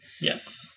Yes